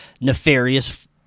nefarious